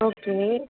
okay